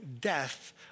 death